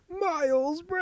miles